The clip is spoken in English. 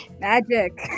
magic